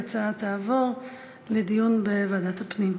ההצעה תועבר לדיון בוועדת הפנים.